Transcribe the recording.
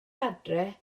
adre